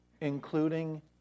Including